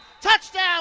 Touchdown